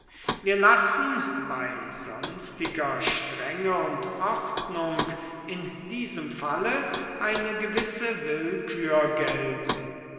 wir lassen bei sonstiger strenge und ordnung in diesem falle eine gewisse willkür gelten